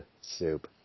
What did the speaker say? soup